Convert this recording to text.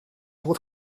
what